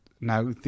Now